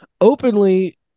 openly